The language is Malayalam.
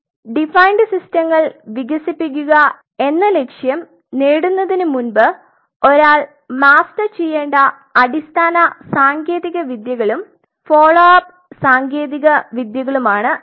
അതിനാൽ ഡിഫൈൻഡ് സിസ്റ്റങ്ങൾ വികസിപ്പിക്കുക എന്ന ലക്ഷ്യം നേടുന്നതിനുമുമ്പ് ഒരാൾ മാസ്റ്റർ ചെയ്യേണ്ട അടിസ്ഥാന സാങ്കേതികവിദ്യകളും ഫോളോ അപ്പ് സാങ്കേതികവിദ്യകളുമാണ് ഇവ